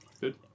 Good